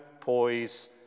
poise